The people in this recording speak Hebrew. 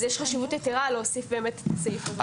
אז יש חשיבות יתרה להוסיף את הסעיף הזה.